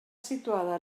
situada